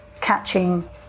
catching